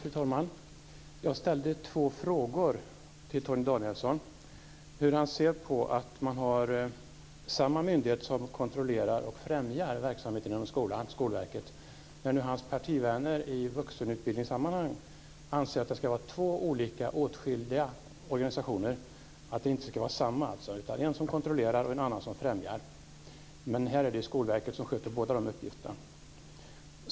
Fru talman! Jag ställde två frågor till Torgny Danielsson. Hur ser han på att man har samma myndighet som kontrollerar och främjar verksamheten inom skolan och Skolverket när hans partivänner i vuxenutbildningssammanhang anser att det ska vara två skilda organ, inte samma utan en som kontrollerar och en som främjar? Här är det Skolverket som sköter båda dessa uppgifter.